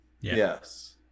Yes